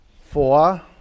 four